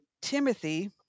Timothy